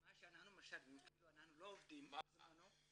מה שאנחנו משלמים, אנחנו לא עבדנו בזמנו.